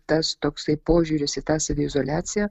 tas toksai požiūris į tą saviizoliaciją